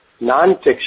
nonfiction